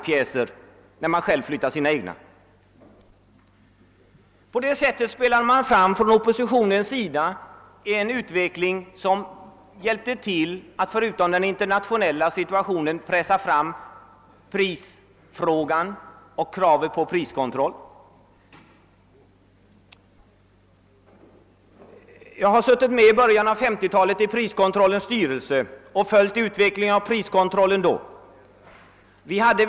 Oppositionen spelade på det sättet fram en utveckling, som tillsammans med de internationella förhållandena hjälpte till att pressa igenom kravet på fortsatt priskontroll. I början av 1950-talet satt jag med i priskontrollnämndens styrelse och följde då priskontrollens utveckling.